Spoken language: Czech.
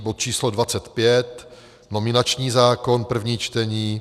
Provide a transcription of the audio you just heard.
bod číslo 25, nominační zákon, první čtení,